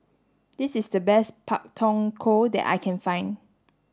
this is the best Pak Thong Ko that I can find